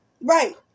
Right